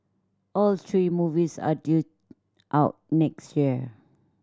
all three movies are due out next year